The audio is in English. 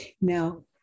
Now